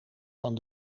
van